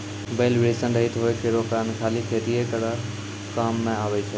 बैल वृषण रहित होय केरो कारण खाली खेतीये केरो काम मे आबै छै